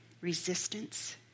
resistance